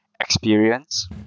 experience